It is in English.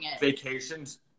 vacations